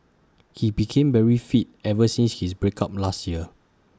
he became very fit ever since his break up last year